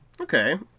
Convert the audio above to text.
Okay